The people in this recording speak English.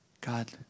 God